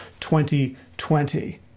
2020